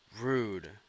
Rude